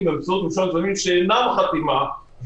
אז אתה לא הופך להיות שומר הסף של רשם החברות בזה שאתה חותם על הטפסים.